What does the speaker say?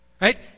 right